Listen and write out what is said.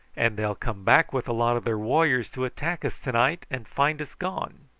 and they'll come back with a lot of their warriors to attack us to-night and find us gone!